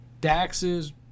Dax's